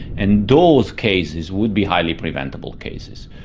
and those cases would be highly preventable cases.